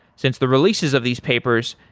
since the releases of these papers,